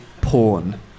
porn